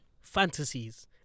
fantasies